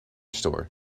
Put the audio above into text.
store